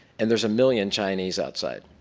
and there's a million chinese outside.